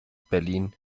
berlin